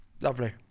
lovely